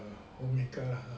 homemaker lah err